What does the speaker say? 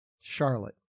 Charlotte